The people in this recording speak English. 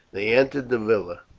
they entered the villa.